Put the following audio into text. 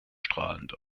strahlend